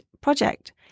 project